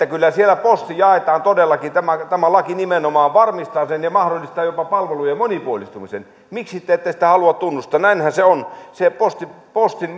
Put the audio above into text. kyllä siellä posti jaetaan todellakin tämä laki nimenomaan varmistaa sen ja mahdollistaa jopa palvelujen monipuolistumisen miksi te ette sitä halua tunnustaa näinhän se on sen postin